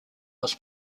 was